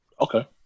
Okay